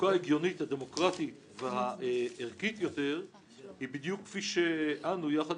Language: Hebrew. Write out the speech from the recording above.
החלוקה הדמוקרטית והערכית יותר היא בדיוק כפי שאנו יחד